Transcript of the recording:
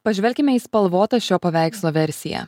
pažvelkime į spalvotą šio paveikslo versiją